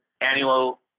annual